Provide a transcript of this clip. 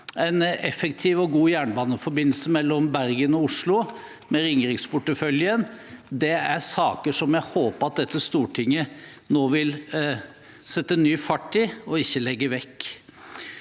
en effektiv og god jernbaneforbindelse mellom Bergen og Oslo med Ringeriksporteføljen, er saker jeg håper dette stortinget nå vil sette ny fart i og ikke legge vekk.